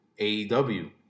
AEW